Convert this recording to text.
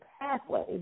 pathway